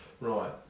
right